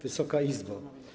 Wysoka Izbo!